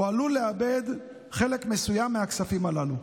הוא עלול לאבד חלק מסוים מהכספים הללו.